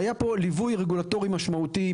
היה פה ליווי רגולטורי משמעותי,